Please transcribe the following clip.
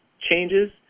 changes